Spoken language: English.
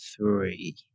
three